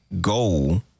goal